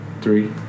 three